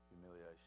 Humiliation